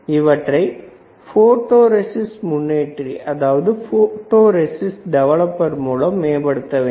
அவற்றை photo resist முன்னேற்றி மூலம் மேம்படுத்த வேண்டும்